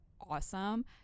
awesome